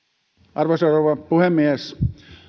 arvoisa rouva puhemies